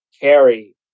carry